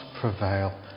prevail